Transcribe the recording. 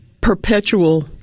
perpetual –